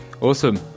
Awesome